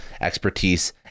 expertise